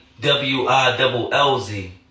W-I-double-L-Z